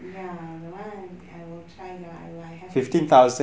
ya that one I will try lah I will I will have to